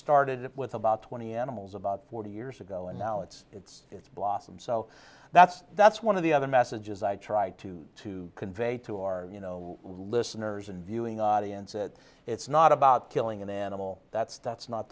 started with about twenty animals about forty years ago and now it's it's it's blossom so that's that's one of the other messages i try to convey to our listeners and viewing audience that it's not about killing an animal that's that's not